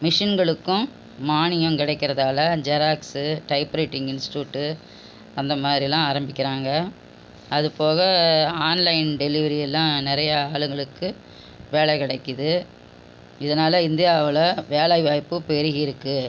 மிஷின்களுக்கும் மானியம் கிடக்கிறதால xerox type writing institute அந்த மாதிரிலாம் ஆரம்பிக்கிறாங்க அதுபோக ஆன்லைன் டெலிவரி எல்லாம் நிறையா ஆளுகளுக்கு வேலை கிடக்கிது இதனால் இந்தியாவில் வேலைவாய்ப்பு பெருகிருக்கு